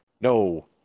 No